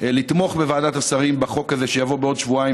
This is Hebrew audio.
לתמוך בוועדת השרים בחוק הזה שיבוא בעוד שבועיים